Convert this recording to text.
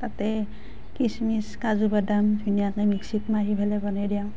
তাতে কিচমিচ কাজু বাদাম ধুনীয়াকৈ মিক্সিত মাৰি পেলাই বনাই দিওঁ